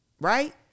right